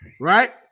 right